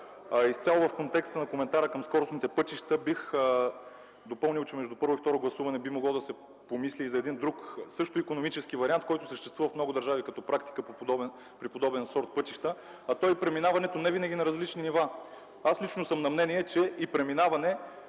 Изцяло в контекста на коментара към скоростните пътища бих допълнил, че между първо и второ гласуване би могло да се помисли и за един друг също икономически вариант, който съществува в много държави като практика при подобен сорт пътища, а той е преминаването не винаги на различни нива. Аз лично съм на мнение, че и преминаване